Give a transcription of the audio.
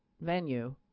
venue